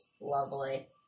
Lovely